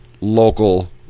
local